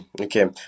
okay